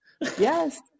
Yes